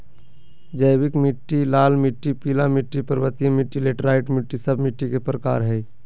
जैविक मिट्टी, लाल मिट्टी, पीला मिट्टी, पर्वतीय मिट्टी, लैटेराइट मिट्टी, सब मिट्टी के प्रकार हइ